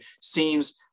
seems